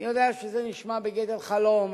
אני יודע שזה נשמע בגדר חלום,